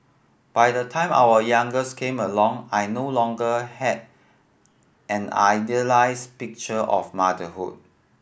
by the time our youngest came along I no longer had an idealised picture of motherhood